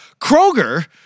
Kroger